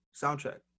soundtrack